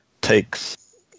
takes